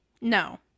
No